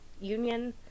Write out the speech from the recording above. union